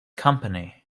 company